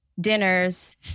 dinners